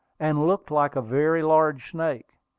and looked like a very large snake.